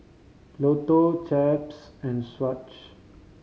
Lotto Chaps and Swatch